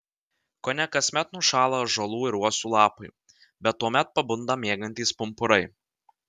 kone kasmet nušąla ąžuolų ir uosių lapai bet tuomet pabunda miegantys pumpurai